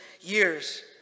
years